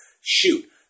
Shoot